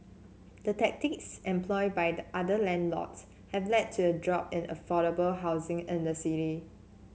the tactics employed by other landlords have led to a drop in affordable housing in the city